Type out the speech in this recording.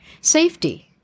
safety